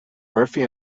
murphy